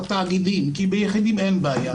התאגידים כי ביחידים אין בעיה